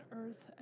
earth